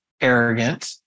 arrogant